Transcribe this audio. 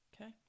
Okay